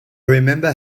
remember